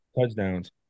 touchdowns